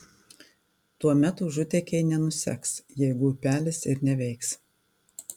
tuomet užutėkiai nenuseks jeigu upelis ir neveiks